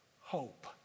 hope